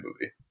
movie